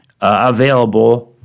available